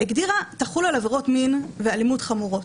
תחול על עבירות מין ואלימות חמורות.